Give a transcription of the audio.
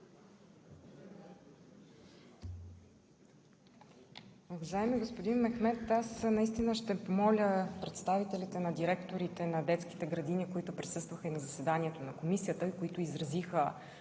настина ще помоля представителите на директорите на детските градини, които присъстваха на заседанието на Комисията, които изразиха